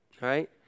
right